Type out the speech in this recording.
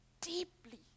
Deeply